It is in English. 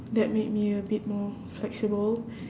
that made me a bit more flexible